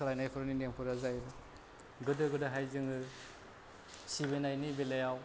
सोलायफोरनि नेमफोरा जाहैदों गोदो गोदायहाय जोङो सिबिनायनि बेलायाव